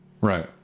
Right